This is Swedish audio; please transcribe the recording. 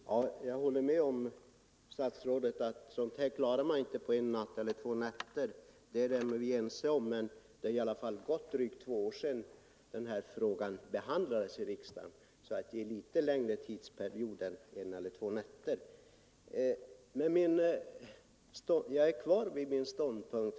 Herr talman! Jag håller med om att man inte klarar sådant här på en eller två nätter. Men det är drygt två år sedan vi behandlade denna fråga i riksdagen — en något längre tidsperiod alltså än en eller två nätter. Jag står alltså kvar vid min ståndpunkt.